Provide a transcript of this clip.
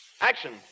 Action